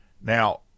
Now